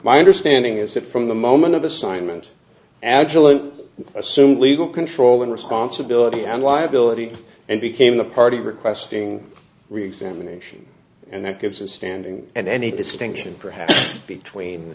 my understanding is that from the moment of assignment agilent assumed legal control and responsibility and liability and became the party requesting reexamination and that gives a standing and any distinction perhaps between